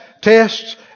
tests